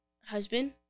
husband